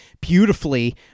Beautifully